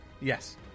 Yes